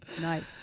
nice